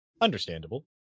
understandable